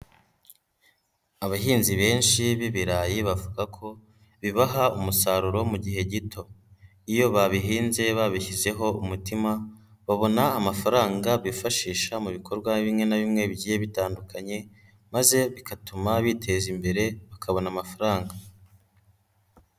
Abahinzi benshi b'ibirayi bavuga ko bibaha umusaruro mu gihe gito, iyo babihinze babishyizeho umutima babona amafaranga bifashisha mu bikorwa bimwe na bimwe bigiye bitandukanye, maze bigatuma biteza imbere bakabona amafaranga.